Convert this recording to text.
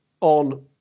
on